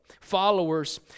Followers